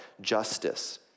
justice